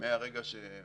מהרגע שמודיעים,